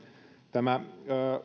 tämä